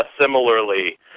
similarly